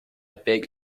beg